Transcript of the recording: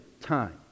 time